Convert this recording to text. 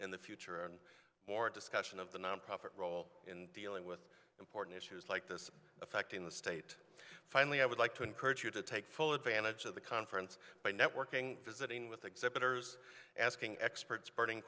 in the future and more discussion of the nonprofit role in dealing with important issues like this affecting the state finally i would like to encourage you to take full advantage of the conference by networking visiting with exhibitors asking expert